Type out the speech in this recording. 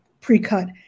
pre-cut